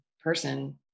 person